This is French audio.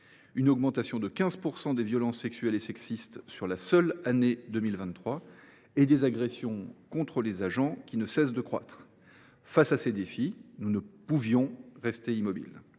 une augmentation de 15 % des violences sexuelles et sexistes au cours de la seule année 2023, des agressions contre les agents qui ne cessent de croître. Face à ces défis, nous ne pouvions rester immobiles.